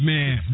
Man